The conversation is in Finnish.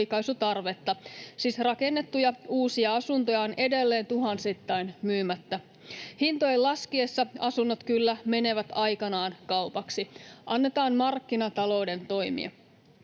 siis rakennettuja uusia asuntoja on edelleen tuhansittain myymättä. Hintojen laskiessa asunnot kyllä menevät aikanaan kaupaksi. Annetaan markkinatalouden toimia.